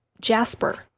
Jasper